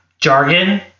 jargon